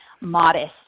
modest